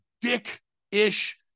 dick-ish